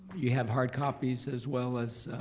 you have hard copies as well as?